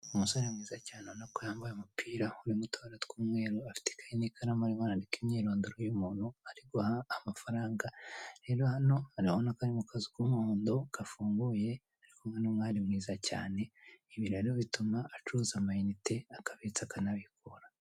Umusore mwiza cyane uvona ko yambaye umupira urimo utubara tw'umweru, afite ikayi n'ikaramu arimo arandika imyirondoro y'umuntu ari guha amafaranga, rero hano urabona ko ari mu kazu k'umuhondo gafunguye ari kumwe n'umwari mwiza cyane. Ibi rero bituma acuruza amayinite akabika akanabikura.